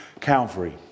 Calvary